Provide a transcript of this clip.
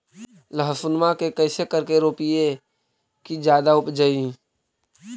लहसूनमा के कैसे करके रोपीय की जादा उपजई?